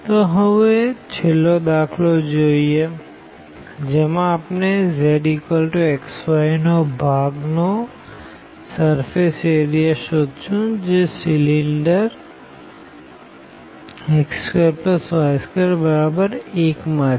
તો હવે છેલ્લો દાખલો જેમાં આપણે zxyનો ભાગ નો સર્ફેસ એરિયા શોધશું જે સીલીન્ડરx2y21 માં છે